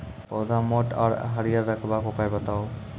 पौधा मोट आर हरियर रखबाक उपाय बताऊ?